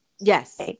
Yes